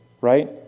right